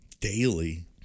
Daily